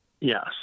yes